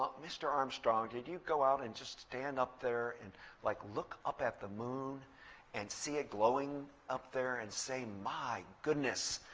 mr. armstrong, did you go out and just stand up there and like look up at the moon and see it glowing up there and say, my goodness,